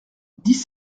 dix